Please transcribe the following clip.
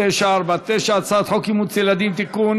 פ/2949, הצעת חוק אימוץ ילדים (תיקון,